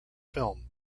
film